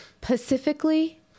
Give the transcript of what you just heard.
Pacifically